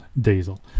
diesel